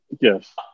Yes